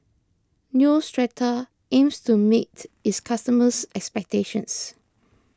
Neostrata aims to meet its customers' expectations